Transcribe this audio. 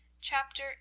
Chapter